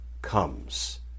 comes